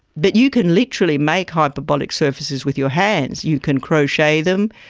but you can literally make hyperbolic surfaces with your hands, you can crochet them,